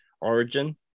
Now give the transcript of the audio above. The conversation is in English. Origin